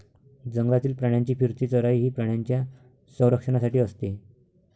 जंगलातील प्राण्यांची फिरती चराई ही प्राण्यांच्या संरक्षणासाठी असते